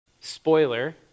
Spoiler